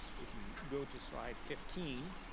if you go to slide fifteen,